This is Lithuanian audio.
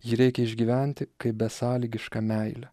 jį reikia išgyventi kaip besąlygišką meilę